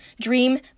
dream